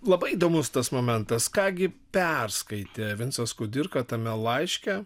labai įdomus tas momentas ką gi perskaitė vincas kudirka tame laiške